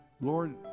Lord